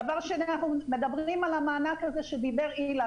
דבר שני, אנחנו מדברים על המענק שדיבר עליו אילן.